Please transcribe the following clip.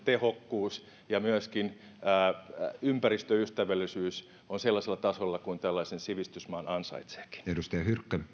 tehokkuus ja myöskin ympäristöystävällisyys ovat sellaisella tasolla kuin tällaisessa sivistysmaassa ansaitseekin